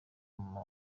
mama